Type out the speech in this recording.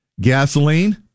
gasoline